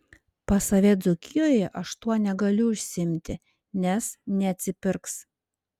pas save dzūkijoje aš tuo negaliu užsiimti nes neatsipirks